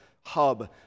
hub